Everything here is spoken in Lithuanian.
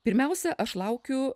pirmiausia aš laukiu